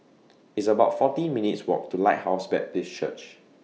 It's about fourteen minutes' Walk to Lighthouse Baptist Church